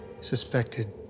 suspected